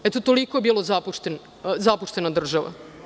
Eto toliko je bila zapuštena država.